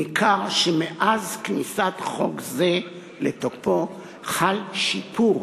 ניכר שמאז כניסת חוק זה לתוקפו חל שיפור